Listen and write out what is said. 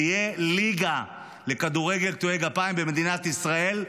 שתהיה ליגה לכדורגל קטועי גפיים במדינת ישראל.